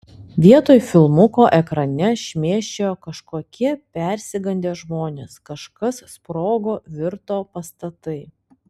vietoj filmuko ekrane šmėsčiojo kažkokie persigandę žmonės kažkas sprogo virto pastatai